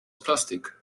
plastik